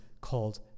called